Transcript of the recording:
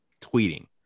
tweeting